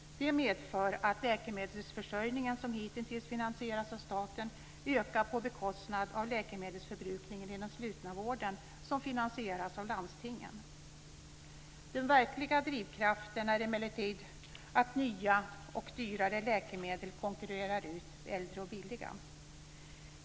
Detta medför att läkemedelsförsörjningen, som hittills finansierats av staten, ökar på bekostnad av läkemedelsförbrukningen i den slutna vården, som finansieras av landstingen. Den verkliga drivkraften är emellertid att nya och dyrare läkemedel konkurrerar ut äldre och billiga.